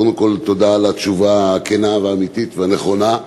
קודם כול, תודה על התשובה הכנה, האמיתית והנכונה,